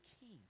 king